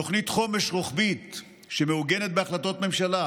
תוכנית חומש רוחבית שמעוגנת בהחלטות ממשלה.